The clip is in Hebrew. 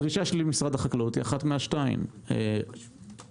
הדרישה שלי ממשרד החקלאות היא אחת משתיים, אחת,